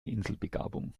inselbegabung